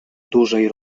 dużej